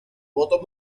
voto